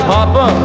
Papa